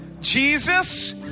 Jesus